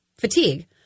fatigue